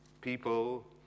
people